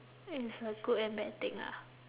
it's a good and bad thing lah